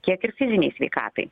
tiek ir fizinei sveikatai